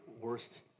worst